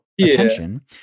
attention